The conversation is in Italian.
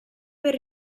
per